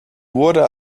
wurde